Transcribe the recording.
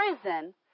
prison